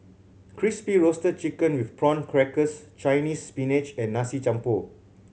Crispy Roasted Chicken with Prawn Crackers Chinese Spinach and Nasi Campur